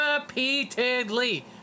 repeatedly